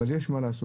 אבל יש מה לעשות.